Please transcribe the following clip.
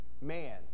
man